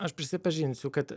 aš prisipažinsiu kad